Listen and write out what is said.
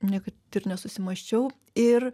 niekad ir nesusimąsčiau ir